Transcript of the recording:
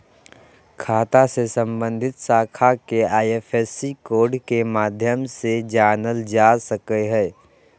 खाता से सम्बन्धित शाखा के आई.एफ.एस.सी कोड के माध्यम से जानल जा सक हइ